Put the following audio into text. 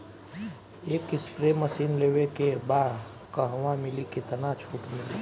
एक spray machine लेवे के बा कहवा मिली केतना छूट मिली?